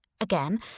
Again